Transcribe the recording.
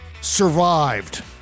survived